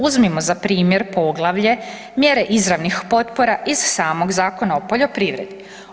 Uzmimo za primjer poglavlje mjere izravnih potpora iz samog Zakona o poljoprivredi.